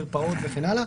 מרפאות וכן הלאה,